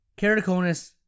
keratoconus